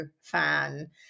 fan